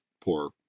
poor